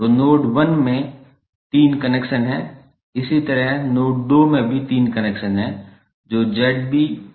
तो नोड 1 में तीन कनेक्शन हैं इसी तरह नोड 2 में भी तीन कनेक्शन हैं जो 𝑍𝐵 𝑍𝐸 𝑍𝐶 हैं